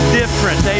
different